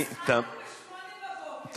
התחלנו ב-08:00, היא לא גמרה עד עכשיו.